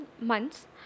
months